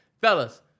Fellas